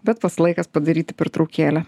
bet pats laikas padaryti pertraukėlę